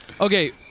Okay